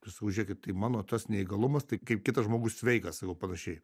tai sakau žiūrėkit tai mano tas neįgalumas tai kaip kitas žmogus sveikas sakau panašiai